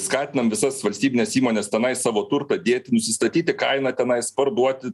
skatinam visas valstybines įmones tenai savo turtą dėti nusistatyti kainą tenais parduoti